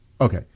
Okay